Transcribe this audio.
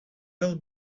will